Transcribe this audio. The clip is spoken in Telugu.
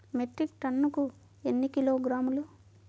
మెట్రిక్ టన్నుకు ఎన్ని కిలోగ్రాములు?